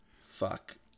fuck